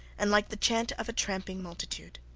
and like the chant of a tramping multitude.